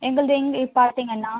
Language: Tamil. எங்களது இங்கே பார்த்தீங்கன்னா